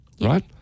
right